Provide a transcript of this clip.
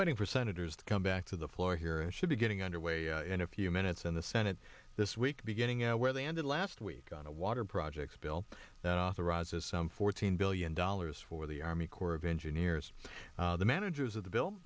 waiting for senators to come back to the floor here it should be getting underway in a few minutes in the senate this week beginning where they ended last week on a water projects bill that authorizes some fourteen billion dollars for the army corps of engineers the managers of the bill